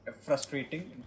frustrating